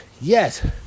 yes